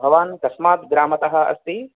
भवान् कस्मात् ग्रामतः अस्ति